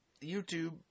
YouTube